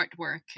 artwork